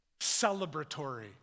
celebratory